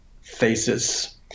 faces